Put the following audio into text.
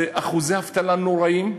זה אחוזי אבטלה נוראים,